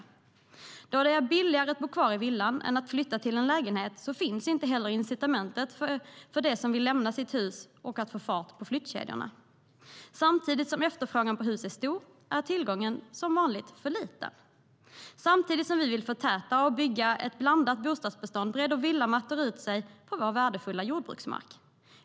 Då det är billigare att bo kvar i villan än att flytta till en lägenhet finns inte heller incitamentet för dem som vill att lämna sitt hus och få fart på flyttkedjorna. Samtidigt som efterfrågan på hus är stor är tillgången som vanligt för liten. Samtidigt som vi vill förtäta och bygga ett blandat bostadsbestånd breder villamattor ut sig på vår värdefulla jordbruksmark.